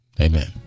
Amen